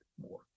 more